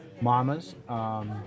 Mama's